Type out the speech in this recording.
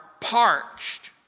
parched